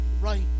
right